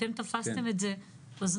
אנחנו מדברים על נפגעי טרור.